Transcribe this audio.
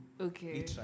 Okay